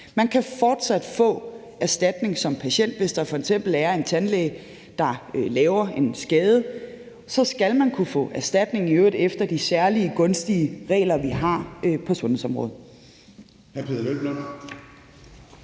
at man fortsat kan få erstatning som patient, hvis der f.eks. er en tandlæge, der laver en skade, og så skal man kunne få erstatning, i øvrigt efter de særlig gunstige regler, vi har på sundhedsområdet.